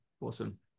Awesome